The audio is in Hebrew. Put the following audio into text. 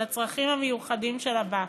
לצרכים המיוחדים של הבת,